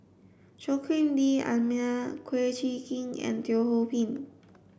Joaquim D'almeida Kum Chee Kin and Teo Ho Pin